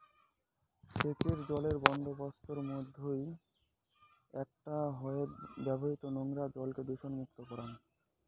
সেচের জলের বন্দোবস্তর মইধ্যে একটা হয়ঠে ব্যবহৃত নোংরা জলকে দূষণমুক্ত করাং